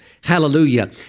Hallelujah